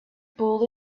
pulled